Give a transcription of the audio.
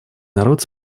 народ